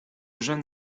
jeune